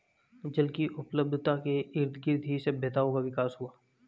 जल की उपलब्धता के इर्दगिर्द ही सभ्यताओं का विकास हुआ